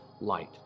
light